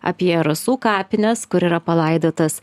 apie rasų kapines kur yra palaidotas